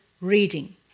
reading